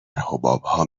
حبابها